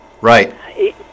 Right